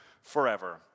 forever